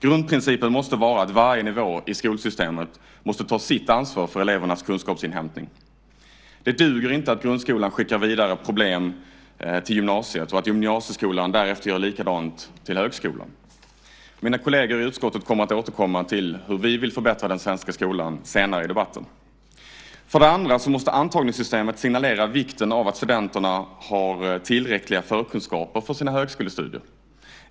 Grundprincipen måste vara att varje nivå i skolsystemet ska ta sitt ansvar för elevernas kunskapsinhämtning. Det duger inte att grundskolan skickar vidare problem till gymnasiet och att gymnasieskolan därefter gör likadant i fråga om högskolan. Mina kolleger i utskottet kommer senare i debatten att återkomma till hur vi vill förbättra den svenska skolan. För det andra måste antagningssystemet signalera vikten av att studenterna har tillräckliga förkunskaper för sina högskolestudier.